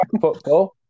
Football